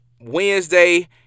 Wednesday